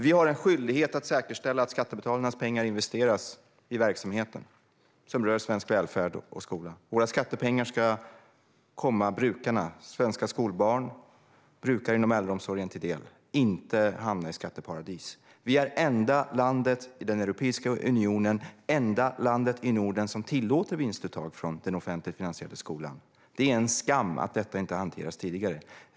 Vi har en skyldighet att säkerställa att skattebetalarnas pengar investeras i verksamhet som rör svensk välfärd och skola. Våra skattepengar ska komma svenska skolbarn och brukare inom äldreomsorgen till del, inte hamna i skatteparadis. Sverige är det enda landet i Europeiska unionen, och det enda landet i Norden, som tillåter vinstuttag från den offentligt finansierade skolan. Det är en skam att detta inte har hanterats tidigare.